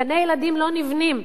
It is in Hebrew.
גני-ילדים לא נבנים,